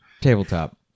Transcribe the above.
tabletop